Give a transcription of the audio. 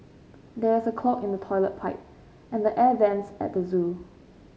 there is a clog in the toilet pipe and the air vents at the zoo